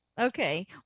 Okay